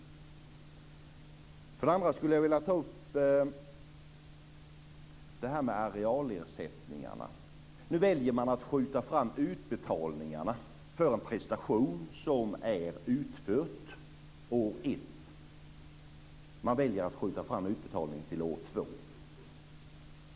Det andra som jag skulle vilja ta upp är det här med arealersättningarna. Nu väljer man att skjuta fram utbetalningarna för en prestation som är utförd år 1. Man väljer att skjuta fram utbetalningarna till år 2.